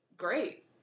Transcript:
great